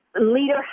leader